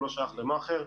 הוא לא שייך למאכר.